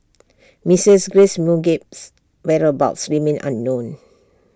Mrs grace Mugabe's whereabouts remain unknown